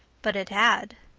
but it had.